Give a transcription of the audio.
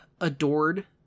adored